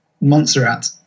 Montserrat